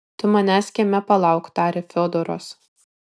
tu manęs kieme palauk tarė fiodoras